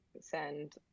send